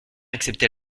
accepter